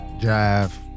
Drive